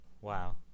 Wow